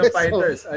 fighters